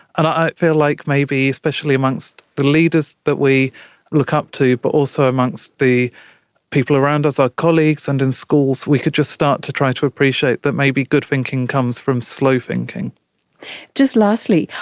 and i feel like maybe especially amongst the leaders that we look up to but also amongst the people around us, our colleagues and in schools, we could just start to try to appreciate that may be good thinking comes from slow thinking. and just lastly,